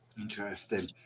Interesting